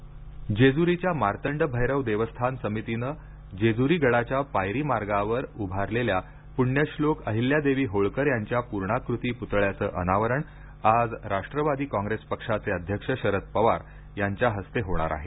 शरद पवार जेजुरीच्या मार्तंड भैरव देवस्थान समितीन जेजुरी गडाच्या पायरी मार्गावर उभारलेल्या पुण्यश्लोक अहिल्यादेवी होळकर यांच्या पूर्णाकृती पुतळ्याच अनावरण आज राष्ट्रवादी काँग्रेस पक्षाचे अध्यक्ष शरद पवार यांच्या हस्ते होणार आहे